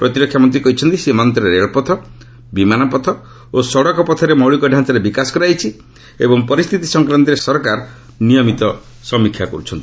ପ୍ରତିରକ୍ଷା ମନ୍ତ୍ରୀ କହିଛନ୍ତି ସୀମାନ୍ତରେ ରେଳପଥ ବିମାନ ପଥ ଓ ସଡ଼କ ପଥରେ ମୌଳିକଡାଞ୍ଚାରେ ବିକାଶ କରାଯାଇଛି ଏବଂ ପରିସ୍ଥିତି ସଂକ୍ରାନ୍ତରେ ସରକାର ନିୟମିତ ସମୀକ୍ଷା କର୍ତ୍ଥନ୍ତି